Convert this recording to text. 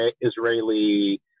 Israeli